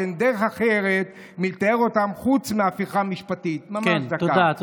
שאין דרך אחרת מלתאר אותם חוץ מהפיכה משפטית" ממש דקה.